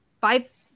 five